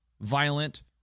violent